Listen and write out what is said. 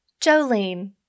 Jolene